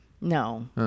No